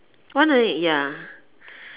ya